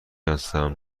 هستم